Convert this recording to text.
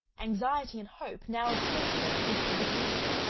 anxiety and hope now oppressed her in equal degrees,